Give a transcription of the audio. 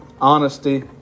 honesty